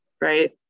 right